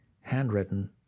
handwritten